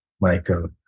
Michael